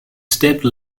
steppe